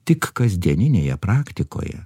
tik kasdieninėje praktikoje